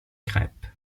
crêpe